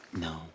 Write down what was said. No